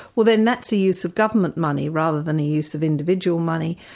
well then that's the use of government money rather than the use of individual money,